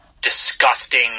disgusting